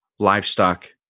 livestock